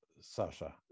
Sasha